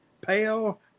pale